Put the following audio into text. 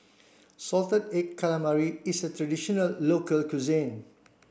salted egg calamari is a traditional local cuisine